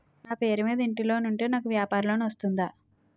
నా పేరు మీద ఇంటి లోన్ ఉంటే నాకు వ్యాపార లోన్ వస్తుందా?